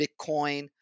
Bitcoin